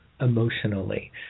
emotionally